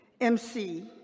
MC